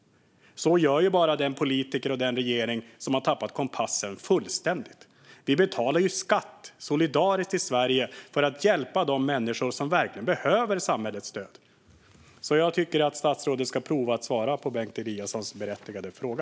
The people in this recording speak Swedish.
Så gör bara den politiker och den regering som har tappat kompassen fullständigt. Vi betalar skatt solidariskt i Sverige för att hjälpa de människor som verkligen behöver samhällets stöd. Jag tycker att statsrådet ska prova att svara på Bengt Eliassons berättigade fråga.